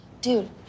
Dude